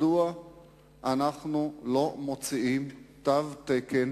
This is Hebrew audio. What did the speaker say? מדוע אנחנו לא מוציאים תו תקן